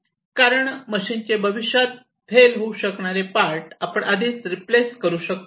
कारण मशीनचे भविष्यात फेल होऊ शकणारे पार्ट आपण आधीच रिप्लेस करू शकतो